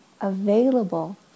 available